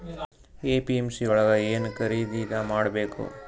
APMC ಯೊಳಗ ಏನ್ ಖರೀದಿದ ಮಾಡ್ಬೇಕು?